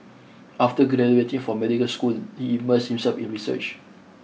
after graduating from medical school he immersed himself in research